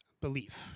belief